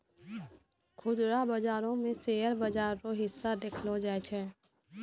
खुदरा बाजारो मे शेयर बाजार रो हिस्सा देखलो जाय छै